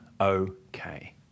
okay